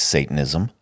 Satanism